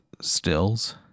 Stills